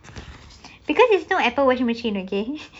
because there's no apple washing machine again